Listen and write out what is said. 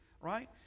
Right